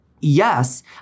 Yes